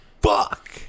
fuck